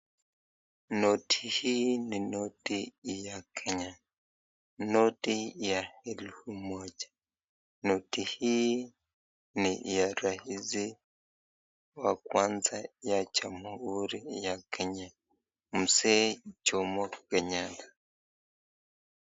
Noti ni noti ya Kenya, noti ya elfu moja. Noti hii ni ya rais wa kwanza ya jamhuri ya Kenya Jomo Kenyata.